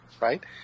right